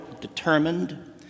determined